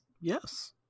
Yes